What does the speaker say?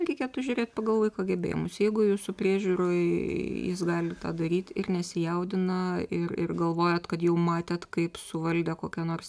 reikėtų žiūrėt pagal vaiko gebėjimus jeigu jūsų priežiūroj jis gali tą daryt ir nesijaudina ir ir galvojat kad jau matėt kaip suvaldė kokią nors